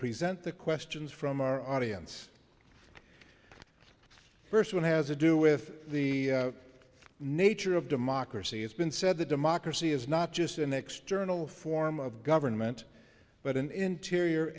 present the questions from our audience first one has to do with the nature of democracy it's been said that democracy is not just an external form of government but an interior